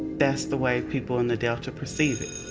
that's the way people in the delta perceive it.